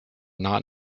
not